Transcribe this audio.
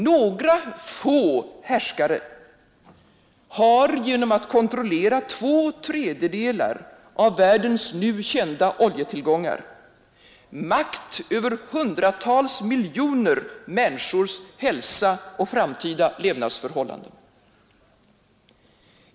Några få härskare har, genom att kontrollera två tredjedelar av världens nu kända oljetillgångar, makt över hundratals miljoner människors hälsa och framtida levnadsförhållanden.